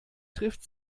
trifft